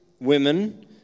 women